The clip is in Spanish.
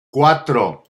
cuatro